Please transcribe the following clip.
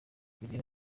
kugira